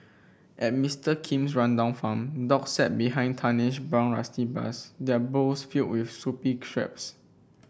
at Mister Kim's rundown farm dogs sat behind tarnished brown rusty bars their bowls filled with soupy